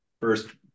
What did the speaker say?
First